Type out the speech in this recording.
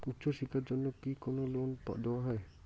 উচ্চশিক্ষার জন্য কি লোন দেওয়া হয়?